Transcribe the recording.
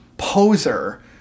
Poser